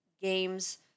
Games